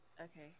Okay